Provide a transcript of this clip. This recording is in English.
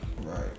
Right